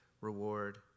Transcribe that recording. reward